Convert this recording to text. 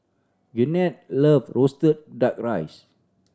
Gwyneth loves roasted Duck Rice